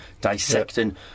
dissecting